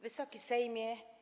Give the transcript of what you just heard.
Wysoki Sejmie!